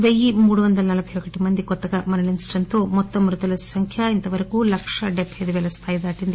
ఒక పెయ్యి మూడు వందల నలబై ఒకటి మంది కొత్తగా మరణించడంతో మొత్తం మృతుల సంఖ్య ఇంత వరకు లకా డెబ్బె అయిదు పేల స్టాయిని దాటింది